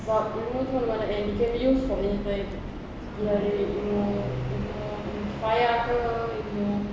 sebab ilmu tu mana-mana and you can use for ilmu ilmu ilmu payah ke ilmu